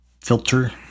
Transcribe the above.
filter